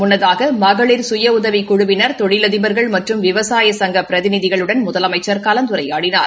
முன்னதாக மகளிர் சுய உதவிக்குழுவினர் தொழிலதிபர்கள் மற்றும் விவசாய சங்க பிரதிநிதிகளுடன் முதலமைச்சர் கலந்துரையாடினார்